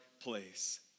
place